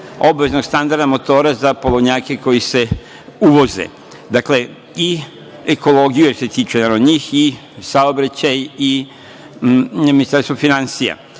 obaveznog standarda motora za polovnjake koji se uvoze. Dakle, i ekologije se tiče, jedna je od njih i saobraćaja i Ministarstva finansija